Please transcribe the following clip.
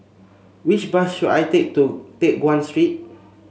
which bus should I take to Teck Guan Street